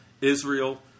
Israel